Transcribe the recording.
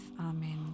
Amen